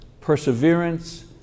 perseverance